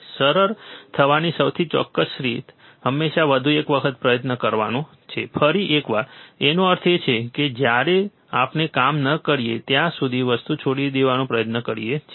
સફળ થવાની સૌથી ચોક્કસ રીત હંમેશા વધુ એક વખત પ્રયત્ન કરવાનો છે ફરી એકવાર તેનો અર્થ એ છે કે જ્યારે આપણે કામ ન કરીએ ત્યારે વસ્તુ છોડી દેવાનો પ્રયત્ન કરીએ છીએ